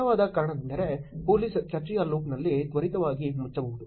ಸರಳವಾದ ಕಾರಣವೆಂದರೆ ಪೋಲೀಸ್ ಚರ್ಚೆಯ ಲೂಪ್ನಲ್ಲಿ ತ್ವರಿತವಾಗಿ ಮುಚ್ಚಬಹುದು